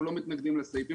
אנחנו לא מתנגדים לסעיף.